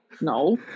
no